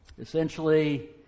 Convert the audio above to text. Essentially